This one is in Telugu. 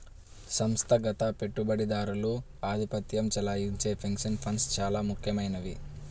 సంస్థాగత పెట్టుబడిదారులు ఆధిపత్యం చెలాయించే పెన్షన్ ఫండ్స్ చాలా ముఖ్యమైనవి